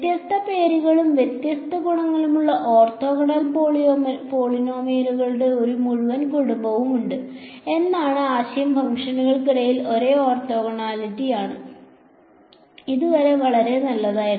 വ്യത്യസ്ത പേരുകളും വ്യത്യസ്ത ഗുണങ്ങളുമുള്ള ഓർത്തോഗണൽ പോളിനോമിയലുകളുടെ ഒരു മുഴുവൻ കുടുംബവും ഉണ്ട് എന്നാൽ ആശയം ഫംഗ്ഷനുകൾക്കിടയിൽ ഒരേ ഓർത്തോഗണാലിറ്റിയാണ് ഇതുവരെ വളരെ നല്ലതായിരുന്നു